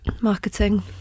Marketing